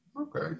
Okay